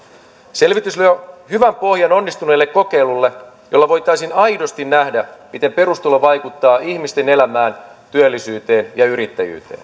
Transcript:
selvitys luo hyvän pohjan onnistuneelle kokeilulle jolla voitaisiin aidosti nähdä miten perustulo vaikuttaa ihmisten elämään työllisyyteen ja yrittäjyyteen